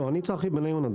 לא, אני צחי בן עיון.